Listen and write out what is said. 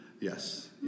Yes